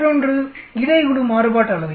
மற்றொன்று இடை குழு மாறுபாட்டு அளவை